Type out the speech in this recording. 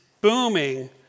booming